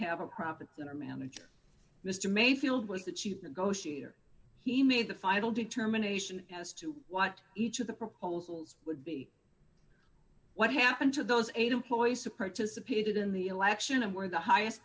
have a profit center manager mr mayfield was the chief negotiator he made the final determination as to what each of the proposals would be what happened to those eight employees who participated in the election and were the highest